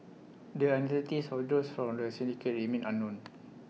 the identities of those from the syndicate remain unknown